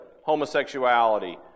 homosexuality